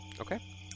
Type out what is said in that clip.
Okay